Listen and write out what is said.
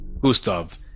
Gustav